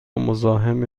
مزاحم